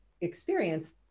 experience